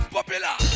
Popular